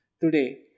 today